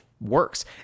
works